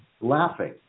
laughing